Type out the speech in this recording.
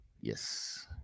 Yes